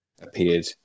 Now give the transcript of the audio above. appeared